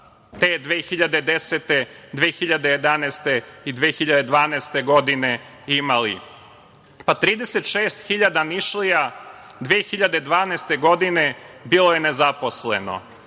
te 2010, 2011. i 2012. godine imali? Pa, 36.000 Nišlija 2012. godine je bilo nezaposleno